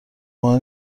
مهم